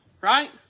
right